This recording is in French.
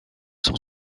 sont